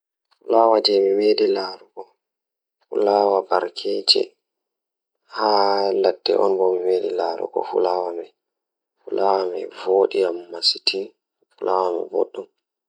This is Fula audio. Ko njam golle ndiyam mi njeyii no moƴƴi ko baaliiɗi ngal waɗa haɗiiɗo e keewɗe ngal. Mi njeyii ɗum to keewal nder jaangol ngam ɗum waɗaa cuɗiiɗo ngal.